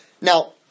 Now